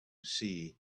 see